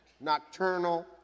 nocturnal